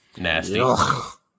Nasty